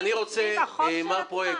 והם שכחו את ה חוב שנתיים?